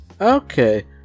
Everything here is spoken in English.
okay